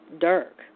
Dirk